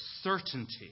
certainty